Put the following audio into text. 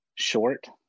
short